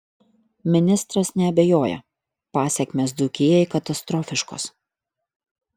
ministras neabejoja pasekmės dzūkijai katastrofiškos